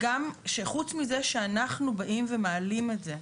שחוץ מזה שאנחנו באים ומעלים את זה,